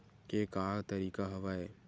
के का तरीका हवय?